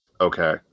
Okay